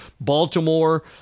Baltimore